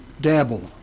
dabble